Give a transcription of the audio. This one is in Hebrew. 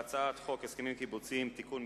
ההצעה להעביר את הצעת חוק הסכמים קיבוציים (תיקון מס'